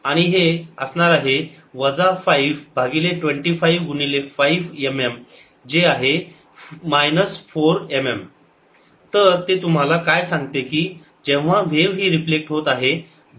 आणि हे असणार आहे वजा 5 भागिले 25 गुणिले 5 mm जे आहे 4 mm